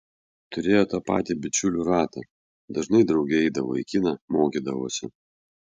turėjo tą patį bičiulių ratą dažnai drauge eidavo į kiną mokydavosi